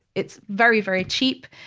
it's very, very cheap.